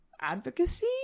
advocacy